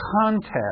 context